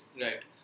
right